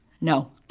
No